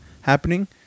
happening